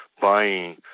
buying